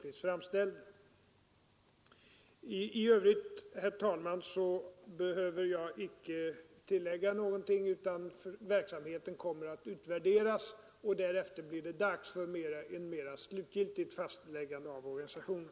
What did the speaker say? I övrigt, herr talman, behöver jag icke tillägga något. Verksamheten kommer att utvärderas, och därefter blir det dags för ett mera slutgiltigt fastläggande av organisationen.